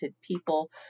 people